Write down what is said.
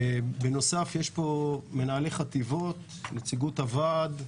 בנוסף יש פה מנהלי חטיבות, נציגות הוועד.